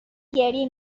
گریه